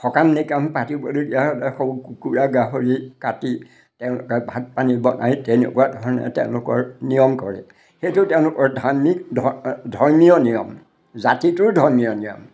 সকাম নিকাম পাতিবলৈ দিয়া হ'লে সৰু কুকুৰা গাহৰি কাটি তেওঁলোকে ভাত পানী বনাই তেনেকুৱা ধৰণে তেওঁলোকৰ নিয়ম কৰে সেইটো তেওঁলোকৰ ধাৰ্মিক ধ ধৰ্মীয় নিয়ম জাতিটোৰ ধৰ্মীয় নিয়ম